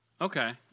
Okay